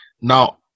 Now